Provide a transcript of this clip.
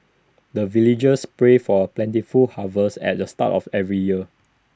the villagers pray for plentiful harvest at the start of every year